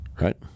right